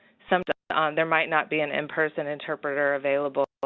sometimes um there might not be an in-person interpreter available,